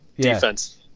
Defense